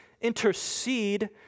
intercede